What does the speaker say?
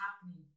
happening